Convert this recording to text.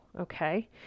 Okay